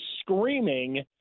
screaming